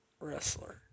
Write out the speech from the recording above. wrestler